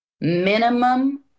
minimum